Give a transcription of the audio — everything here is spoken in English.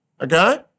Okay